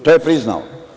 To je priznao.